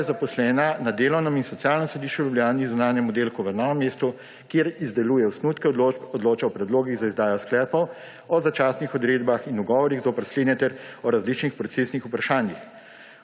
pa je zaposlena na Delovnem in socialnem sodišču v Ljubljani v zunanjemu oddelku v Novem mestu, kjer izdeluje osnutke odločb, odloča o predlogih za izdajo sklepov o začasnih odredbah in ugovorih zoper slednje ter o različnih procesnih vprašanjih.